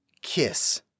Kiss